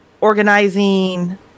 organizing